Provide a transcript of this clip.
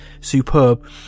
superb